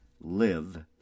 live